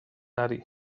ari